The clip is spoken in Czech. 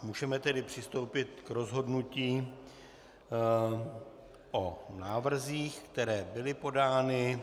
Můžeme tedy přistoupit k rozhodnutí o návrzích, které byly podány.